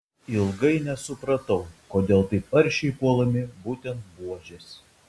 ilgai nesupratau kodėl taip aršiai puolami būtent buožės